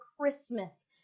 Christmas